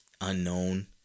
unknown